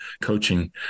coaching